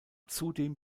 zudem